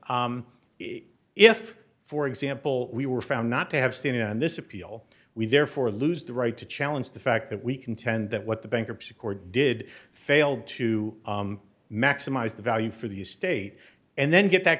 if for example we were found not to have standing on this appeal we therefore lose the right to challenge the fact that we contend that what the bankruptcy court did failed to maximize the value for the estate and then get that